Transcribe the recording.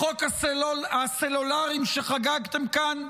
לחוק הסלולרי שחגגתם כאן?